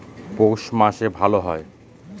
পৌষ মাসে ভালো হয়?